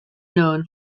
known